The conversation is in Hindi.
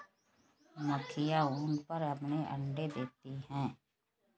मक्खियाँ ऊन पर अपने अंडे देती हैं